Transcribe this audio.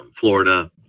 Florida